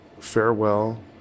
Farewell